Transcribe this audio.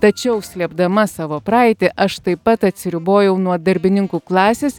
tačiau slėpdama savo praeitį aš taip pat atsiribojau nuo darbininkų klasės